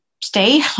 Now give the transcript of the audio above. stay